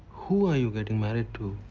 who are you getting married to?